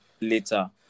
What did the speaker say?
later